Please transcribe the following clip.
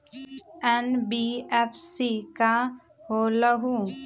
NBFC का होलहु?